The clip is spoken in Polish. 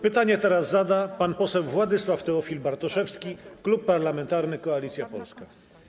Pytanie zada teraz pan poseł Władysław Teofil Bartoszewski, Klub Parlamentarny Koalicja Polska.